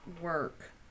work